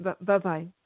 Bye-bye